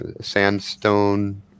sandstone